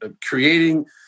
creating